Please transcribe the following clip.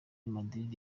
madrid